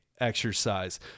exercise